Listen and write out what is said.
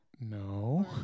No